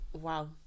Wow